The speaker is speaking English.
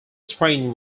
screen